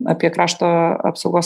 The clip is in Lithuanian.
apie krašto apsaugos